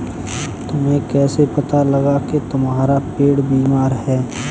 तुम्हें कैसे पता लगा की तुम्हारा पेड़ बीमार है?